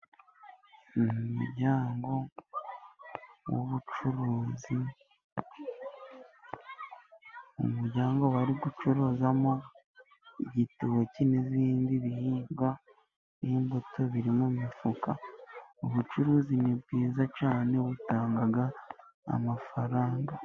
Umuryango w'ubucuruzi, umuryango bari gucuruzamo igitoki n'ibindi bihingwa n'imbuto biri mu mifuka. Ubucuruzi ni bwiza cyane butanga amafaranga.